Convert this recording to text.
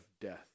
death